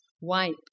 wiped